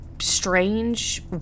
strange